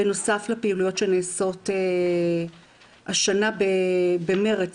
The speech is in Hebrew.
בנוסף לפעילויות שנעשות השנה במרץ,